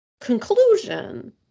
conclusion